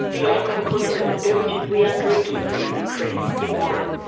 the alcohol content of the beverages we are drinking is increasing in wine.